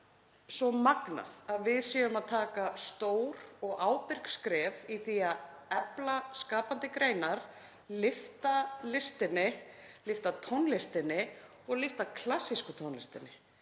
svo magnað að við séum að taka stór og ábyrg skref í því að efla skapandi greinar, lyfta listinni, lyfta tónlistinni og lyfta klassísku tónlistinni.